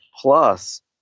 plus